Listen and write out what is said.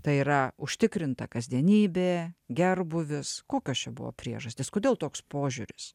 tai yra užtikrinta kasdienybė gerbūvis kokios čia buvo priežastys kodėl toks požiūris